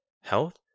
health